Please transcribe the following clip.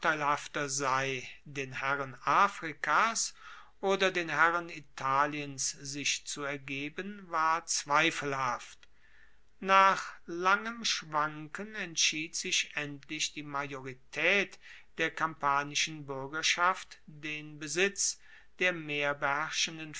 sei den herren afrikas oder den herren italiens sich zu ergeben war zweifelhaft nach langem schwanken entschied sich endlich die majoritaet der kampanischen buergerschaft den besitz der